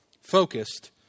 Focused